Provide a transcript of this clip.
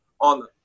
on